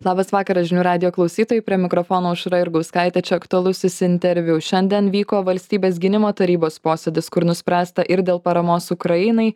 labas vakaras žinių radijo klausytojai prie mikrofono aušra jurgauskaitė aktualusis interviu šiandien vyko valstybės gynimo tarybos posėdis kur nuspręsta ir dėl paramos ukrainai